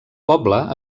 poble